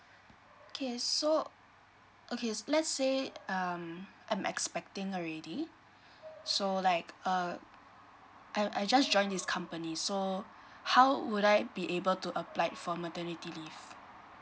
okay so okay let's say um I'm expecting already so like err I I just join this company so how would I be able to applied for maternity leave